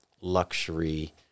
luxury